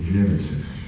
Genesis